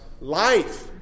life